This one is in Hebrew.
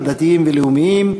עדתיים ולאומיים,